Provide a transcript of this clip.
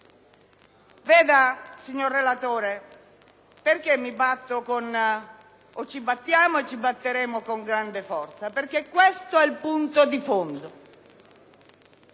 Veda, signor relatore, perché ci battiamo o ci batteremo con grande forza? Questo è il punto di fondo: